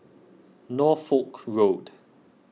Norfolk Road